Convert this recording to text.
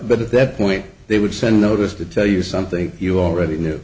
but at that point they would send notice to tell you something you already kn